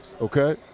okay